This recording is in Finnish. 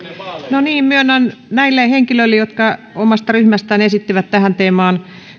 no niin myönnän vielä vastauspuheenvuoron näille henkilöille jotka omasta ryhmästään esittivät tähän teemaan